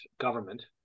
government